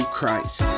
Christ